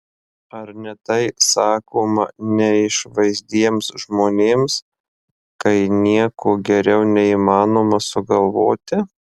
ar ne tai sakoma neišvaizdiems žmonėms kai nieko geriau neįmanoma sugalvoti